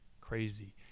Crazy